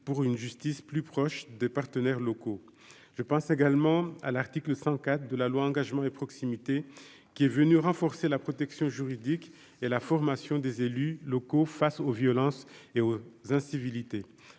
pour une justice plus proche des partenaires locaux, je pense également à l'article 34 de la loi Engagement et proximité qui est venue renforcer la protection juridique et la formation des élus locaux face aux violences et aux incivilités,